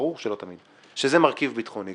ברור שלא תמיד כשזה מרכיב ביטחוני.